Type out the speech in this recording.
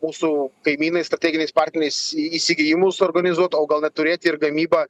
mūsų kaimynais strateginiais partneriais į įsigijimų suorganizuoti o gal net turėti ir gamybą